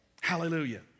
Hallelujah